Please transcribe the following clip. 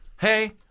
Hey